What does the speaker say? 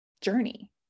journey